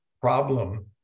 problem